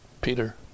Peter